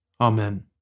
Amen